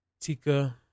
Tika